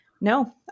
no